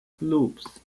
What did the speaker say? slopes